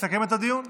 לסכם את הדיון.